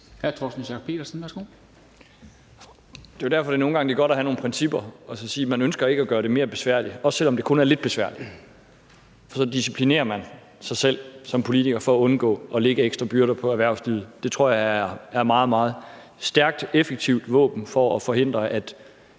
Det er jo derfor, at det nogle gange er godt at have nogle principper og sige, at man ikke ønsker at gøre det mere besværligt, også selv om det kun er lidt besværligt, for så disciplinerer man sig selv som politiker i forhold til at undgå at lægge ekstra byrder på erhvervslivet. Det tror jeg er et meget, meget stærkt og effektivt våben for at forhindre, at